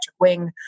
wing